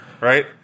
right